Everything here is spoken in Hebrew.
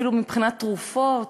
אפילו מבחינת תרופות.